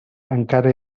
encara